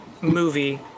movie